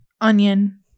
onion